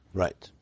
right